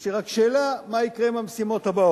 יש לי רק שאלה: מה יקרה עם המשימות הבאות